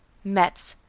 metz!